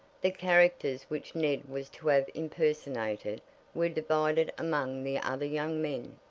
the characters which ned was to have impersonated were divided among the other young men,